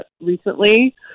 recently